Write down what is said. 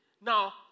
Now